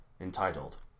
entitled